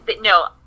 No